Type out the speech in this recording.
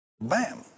Bam